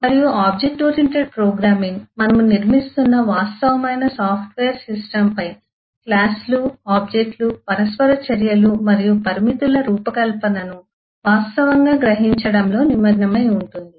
మరియు object oriented programming మనము నిర్మిస్తున్న వాస్తవమైన సాఫ్ట్వేర్ సిస్టమ్పై క్లాస్ లు ఆబ్జెక్ట్ లు పరస్పర చర్యలు మరియు పరిమితుల రూపకల్పనను వాస్తవంగా గ్రహించడంలో నిమగ్నమై ఉంటుంది